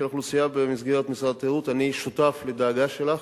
אני שותף לדאגה שלך,